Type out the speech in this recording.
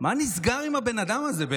מה נסגר עם הבן אדם הזה?